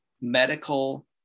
medical